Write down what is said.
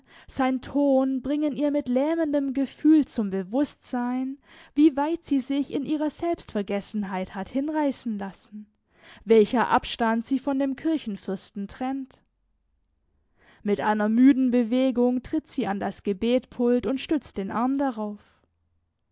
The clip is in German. sein ton bringen ihr mit lähmendem gefühl zum bewußtsein wie weit sie sich in ihrer selbstvergessenheit hat hinreißen lassen welcher abstand sie von dem kirchenfürsten trennt mit einer müden bewegung tritt sie an das gebetpult und stützt den arm darauf